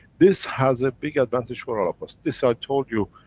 this has a big advantage for all of us. this i told you,